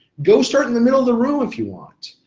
go start in the middle of the room if you want,